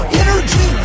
energy